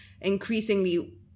increasingly